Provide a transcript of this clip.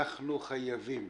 אנחנו חייבים.